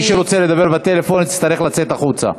מי שרוצה לדבר בטלפון יצטרך לצאת החוצה.